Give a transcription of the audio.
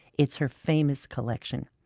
it's her famous collection,